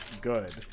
good